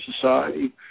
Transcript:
society